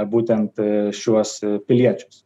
būtent šiuos piliečius